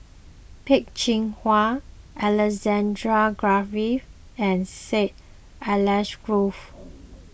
Peh Chin Hua Alexander Guthrie and Syed Alsagoff